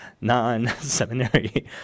non-seminary